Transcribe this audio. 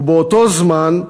ובאותו זמן,